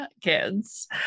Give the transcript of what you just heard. kids